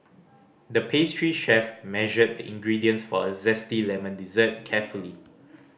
the pastry chef measured the ingredients for a zesty lemon dessert carefully